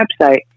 website